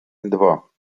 два